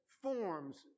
forms